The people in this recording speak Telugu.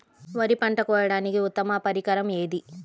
వరి పంట కోయడానికి ఉత్తమ పరికరం ఏది?